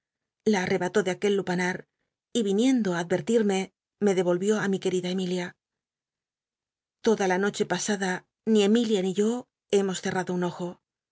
la atrcbató de aquel lupanat y viniendo ü adycrtirme me devolvió ü mi querida emilia l'oda la noche pasada ni bmilia ni yo hemos ccrtado un ojo